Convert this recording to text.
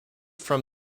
from